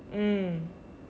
mm